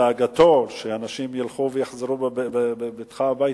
דאגתו שאנשים ילכו ויחזרו בבטחה הביתה.